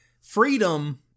freedom